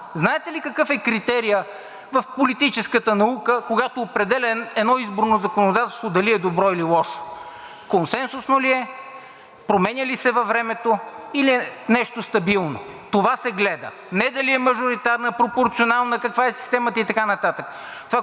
Знаете ли какъв е критерият в политическата наука, когато се определя едно изборно законодателство дали е добро, или лошо? Консенсусно ли е, променя ли се във времето, или е нещо стабилно – това се гледа, не дали е мажоритарна, пропорционална, каква е системата и така нататък.